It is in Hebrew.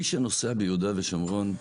מי שנוסע ביהודה ושומרון,